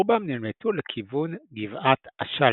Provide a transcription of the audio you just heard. רובם נמלטו לכוון גבעת א-שלאלה.